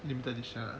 limited edition ah